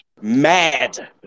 mad